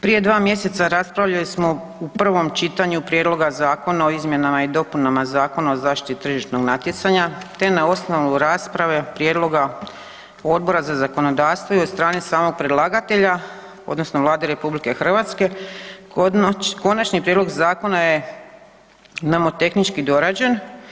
Prije dva mjeseca raspravljali smo u prvom čitanju Prijedloga zakona o izmjenama i dopunama Zakona o zaštiti tržišnog natjecanja, te na osnovu rasprave prijedloga Odbora za zakonodavstvo i od strane samog predlagatelja, odnosno Vlade RH konačni prijedlog zakona je nomotehnički dorađen.